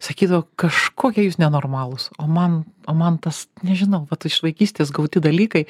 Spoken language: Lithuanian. sakydavo kažkokie jūs nenormalūs o man o man tas nežinau vat iš vaikystės gauti dalykai